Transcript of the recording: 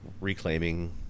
reclaiming